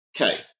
Okay